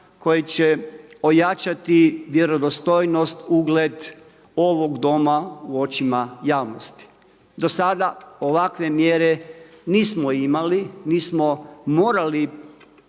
koji će ojačati vjerodostojnost, ugled ovog Doma u očima javnosti. Do sada ovakve mjere nismo imali, nismo morali